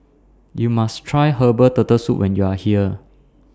YOU must Try Herbal Turtle Soup when YOU Are here